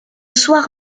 soir